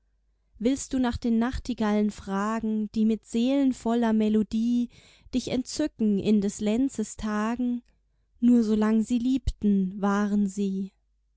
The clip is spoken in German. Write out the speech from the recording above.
willst du nach den nachtigallen fragen die mit seelenvoller melodie dich entzücken in des lenzes tagen nur solang sie liebten waren sie